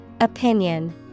Opinion